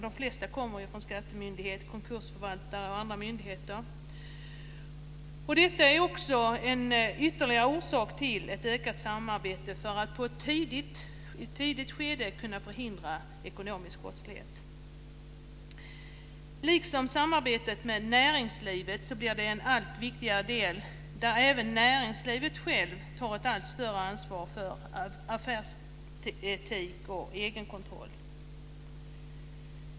De flesta kommer från skattemyndigheter, konkursförvaltare och andra myndigheter. Detta är också en ytterligare orsak till ett ökat samarbete för att man i ett tidigt skede ska kunna förhindra ekonomisk brottslighet. Samarbetet med näringslivet blir en allt viktigare del, där även näringslivet självt tar ett allt större ansvar för affärsetik och egenkontroll.